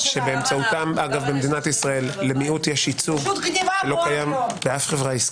שבאמצעותם אגב במדינת ישראל למיעוט ייצוג לא קיים באף חברה עסקית.